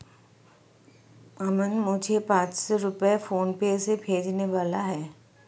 अमन मुझे पांच सौ रुपए फोनपे से भेजने वाला है